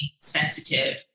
sensitive